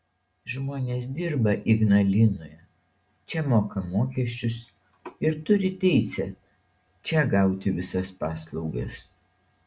žmonės dirba ignalinoje čia moka mokesčius ir turi teisę čia gauti visas paslaugas